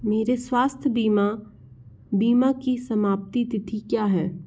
मेरे स्वास्थ्य बीमा बीमा की समाप्ति तिथि क्या है